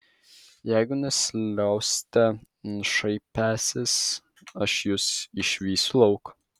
jeigu nesiliausite šaipęsis aš jus išvysiu lauk